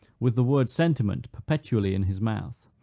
with the word sentiment perpetually in his mouth,